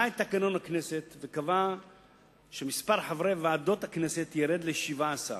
את תקנון הכנסת וקבע שמספר חברי ועדות הכנסת ירד ל-17.